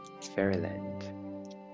Fairyland